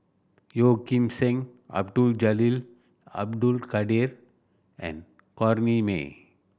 Yeoh Ghim Seng Abdul Jalil Abdul Kadir and Corrinne May